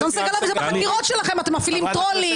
זה בחקירות שלכם, אתם מפעילים טרולים